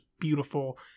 beautiful